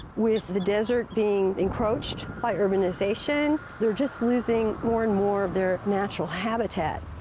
with the desert being encroached by urbanization, they're just losing more and more of their natural habitat.